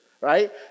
right